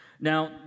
Now